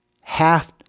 half